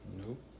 Nope